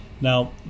now